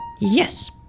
Yes